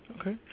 Okay